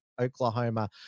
Oklahoma